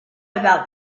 about